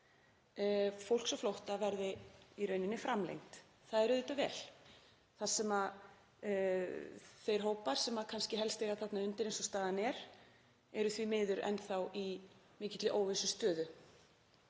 fólks á flótta verði í rauninni framlengd. Það er auðvitað vel, þar sem þeir hópar sem kannski helst eiga þarna undir eins og staðan er eru því miður enn þá í mikilli óvissustöðu.